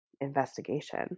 investigation